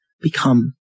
become